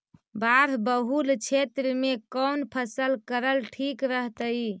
बाढ़ बहुल क्षेत्र में कौन फसल करल ठीक रहतइ?